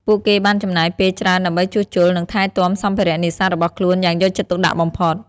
ពួកគេបានចំណាយពេលច្រើនដើម្បីជួសជុល និងថែទាំសម្ភារៈនេសាទរបស់ខ្លួនយ៉ាងយកចិត្តទុកដាក់បំផុត។